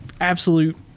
absolute